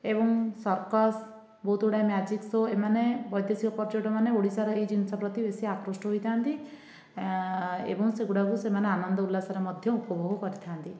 ଏବଂ ସର୍କସ ବହୁତଗୁଡ଼ାଏ magic show ଏମାନେ ବୈଦେଶିକ ପର୍ଯ୍ୟଟକମାନେ ଓଡ଼ିଶାରେ ଏହି ଜିନିଷପ୍ରତି ବେଶି ଆକୃଷ୍ଟ ହୋଇଥାନ୍ତି ଏବଂ ସେଗୁଡ଼ାକୁ ସେମାନେ ଆନନ୍ଦ ଉଲ୍ଲାସରେ ମଧ୍ୟ ଉପଭୋଗ କରିଥାନ୍ତି